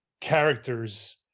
characters